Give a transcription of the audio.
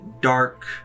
dark